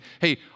Hey